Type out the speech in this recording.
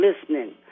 listening